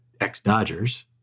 ex-Dodgers